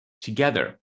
together